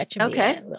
Okay